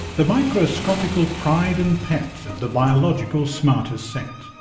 the microscopical pride and pet of the biological smartest set